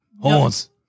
Horns